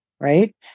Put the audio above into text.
right